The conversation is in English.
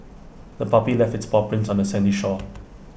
the puppy left its paw prints on the sandy shore